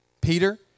Peter